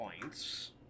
points